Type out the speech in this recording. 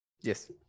Yes